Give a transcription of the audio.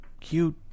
cute